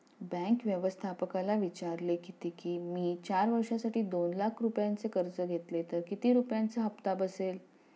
bank व्यवस्थापकाला विचारले किती की, मी चार वर्षांसाठी दोन लाख रुपयांचे कर्ज घेतले तर किती रुपयांचा हप्ता बसेल